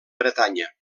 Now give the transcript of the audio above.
bretanya